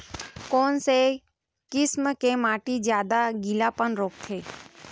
कोन से किसम के माटी ज्यादा गीलापन रोकथे?